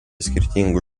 skirtingų